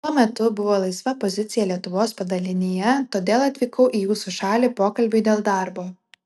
tuo metu buvo laisva pozicija lietuvos padalinyje todėl atvykau į jūsų šalį pokalbiui dėl darbo